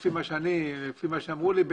לפי מה שאמרו לי,